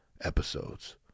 episodes